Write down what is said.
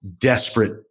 desperate